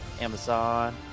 Amazon